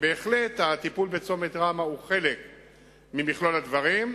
בהחלט הטיפול בצומת ראמה הוא חלק ממכלול הדברים.